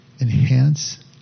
enhance